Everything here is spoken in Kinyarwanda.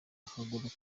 akaguru